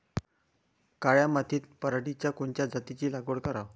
काळ्या मातीत पराटीच्या कोनच्या जातीची लागवड कराव?